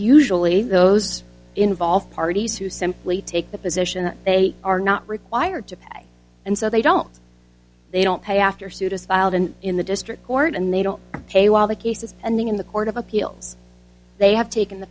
usually those involved parties who simply take the position they are not required to pay and so they don't they don't pay after suit is filed and in the district court and they don't pay while the case is pending in the court of appeals they have taken the